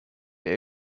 der